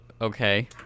Okay